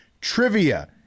trivia